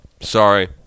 Sorry